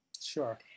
Sure